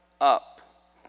up